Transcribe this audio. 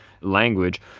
language